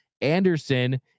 Anderson